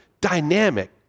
dynamic